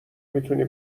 میتونی